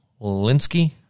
Wolinski